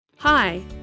Hi